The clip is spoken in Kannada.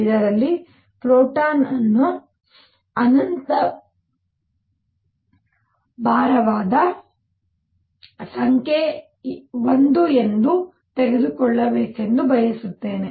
ಇದರಲ್ಲಿ ಪ್ರೋಟಾನ್ ಅನ್ನು ಅನಂತ ಭಾರವಾದ ಸಂಖ್ಯೆ 1 ಎಂದು ತೆಗೆದುಕೊಳ್ಳಬೇಕೆಂದು ಬಯಸುತ್ತೇನೆ